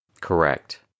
Correct